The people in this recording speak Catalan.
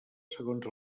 segons